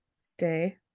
Stay